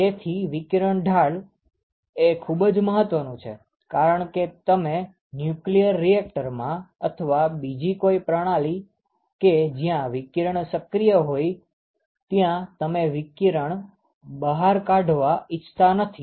તેથી વિકિરણ ઢાલ એ ખુબ જ મહત્વનું છે કારણ કે તમે ન્યુક્લિયર રીએક્ટરમાં અથવા બીજી કોઈ પ્રણાલી કે જ્યાં વિકિરણ સક્રિય હોઈ ત્યાં તમે વિકિરણ બહાર કાઢવા ઇચ્છતા નથી